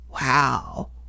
Wow